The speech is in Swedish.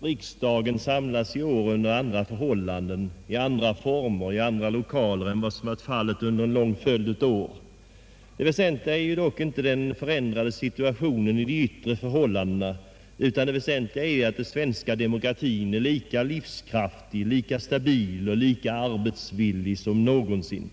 Riksdagen samlas i år under andra förhållanden, i andra former och i andra lokaler än under en lång följd av år. Det väsentliga är dock inte den förändrade situationen i fråga om de yttre förhållandena, utan det är att den svenska demokratin är lika livskraftig, lika stabil och lika arbetsvillig som någonsin.